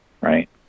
right